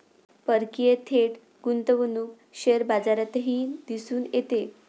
परकीय थेट गुंतवणूक शेअर बाजारातही दिसून येते